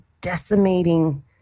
decimating